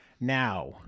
now